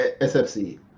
sfc